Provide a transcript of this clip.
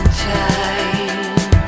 time